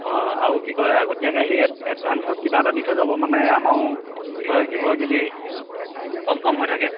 অঁ আৰু কি কয় আগতীয়াকৈ আহি এডভা্সত কিবা এটা দি থৈ যাব মানে আমাৰও কি কয় নিবই বুলি কমফৰ্ম হৈ থাকে